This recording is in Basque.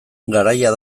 garaia